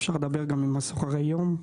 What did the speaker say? אפשר לדבר גם עם סוחרי היום.